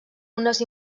unes